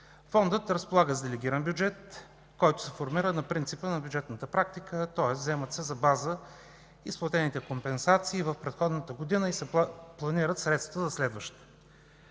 Фондът разполага с делегиран бюджет, който се формира на принципа на бюджетната практика, тоест вземат се за база изплатените компенсации в предходната година и се планират средствата за следващата.